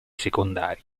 secondari